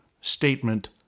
statement